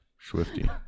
swifty